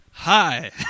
Hi